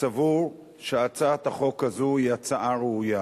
סבור שהצעת החוק הזאת היא הצעה ראויה.